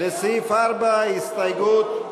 קבוצת סיעת הרשימה המשותפת,